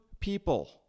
People